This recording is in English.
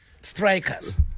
strikers